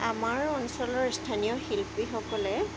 আমাৰ অঞ্চলৰ স্থানীয় শিল্পীসকলে